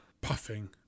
puffing